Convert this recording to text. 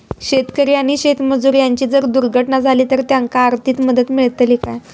शेतकरी आणि शेतमजूर यांची जर दुर्घटना झाली तर त्यांका आर्थिक मदत मिळतली काय?